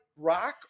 rock